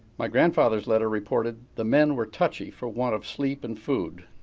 my grandfather's letter reported, the men were touchy for want of sleep and food.